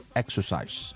exercise